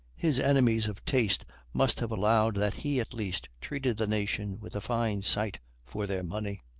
his enemies of taste must have allowed that he, at least, treated the nation with a fine sight for their money.